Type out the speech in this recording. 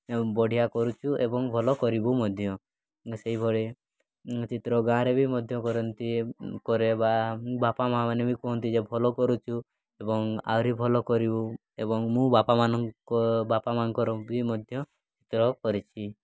ଏବଂ ବଢ଼ିଆ କରୁଛୁ ଏବଂ ଭଲ କରିବୁ ମଧ୍ୟ ସେହିଭଳି ଚିତ୍ର ଗାଁରେ ବି ମଧ୍ୟ କରନ୍ତି କରେ ବାପା ମା'ମାନେ ବି କୁହନ୍ତି ଯେ ଭଲ କରୁଛୁ ଏବଂ ଆହୁରି ଭଲ କରିବୁ ଏବଂ ମୁଁ ବାପାମାନଙ୍କ ବାପା ମାଆଙ୍କର ବି ମଧ୍ୟ ଚିତ୍ର କରିଛି